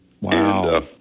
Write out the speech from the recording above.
Wow